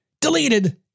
deleted